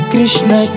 Krishna